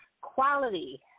quality